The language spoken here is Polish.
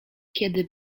kiedy